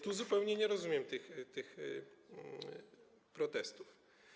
Tu zupełnie nie rozumiem tych protestów.